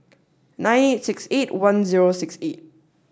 night eight six eight one zero six eight